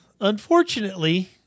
unfortunately